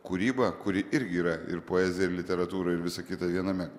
kūrybą kuri irgi yra ir poezija literatūra ir visa kita viename